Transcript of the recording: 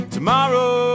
Tomorrow